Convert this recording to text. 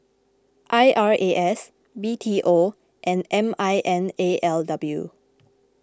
I R A S B T O and M I N L A W